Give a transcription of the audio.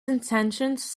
intentions